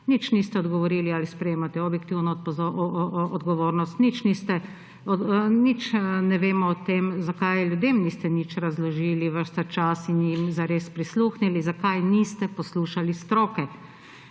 Nič niste odgovorili, ali sprejemate objektivno odgovornost, nič ne vemo o tem, zakaj ljudem niste nič razložili ves ta čas in jim zares prisluhnili, zakaj niste poslušali stroke.